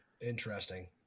Interesting